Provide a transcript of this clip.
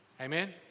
Amen